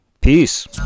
peace